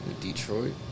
Detroit